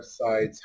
websites